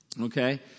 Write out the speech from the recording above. Okay